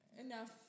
Enough